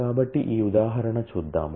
కాబట్టి ఈ ఉదాహరణ చూద్దాం